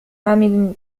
عمل